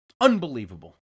Unbelievable